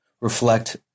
reflect